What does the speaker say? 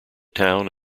town